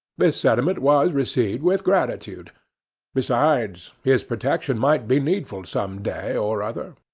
this sentiment was received with gratitude besides, his protection might be needful some day or other.